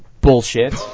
Bullshit